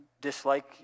Dislike